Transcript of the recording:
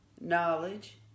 knowledge